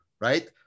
right